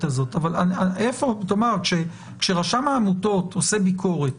הזאת אבל כאשר רשם העמותות עושה ביקורת